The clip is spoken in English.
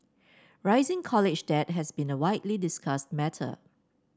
rising college debt has been a widely discussed matter